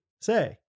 say